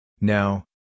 Now